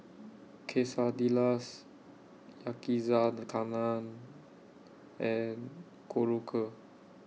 Quesadillas Yakizakana and Korokke